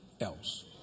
else